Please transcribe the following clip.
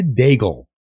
Daigle